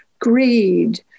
greed